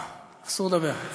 אסור לדבר על מה